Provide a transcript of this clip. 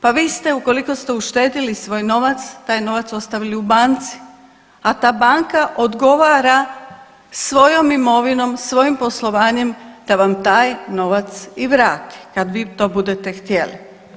Pa vi ste ukoliko ste uštedili svoj novac taj novac ostavili u banci, a ta banka odgovara svojom imovinom, svojim poslovanjem da vam taj novac i vrati kad vi to budete htjeli.